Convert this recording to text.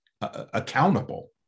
accountable